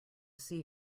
see